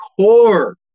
core